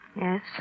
Yes